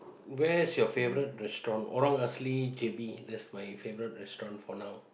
where's your favourite restaurant Orang Asli J_B that's my favourite restaurant for now